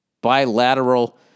bilateral